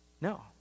No